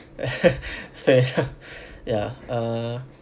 fair ya ya uh